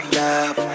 love